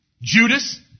Judas